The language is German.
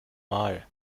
mal